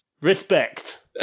Respect